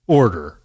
order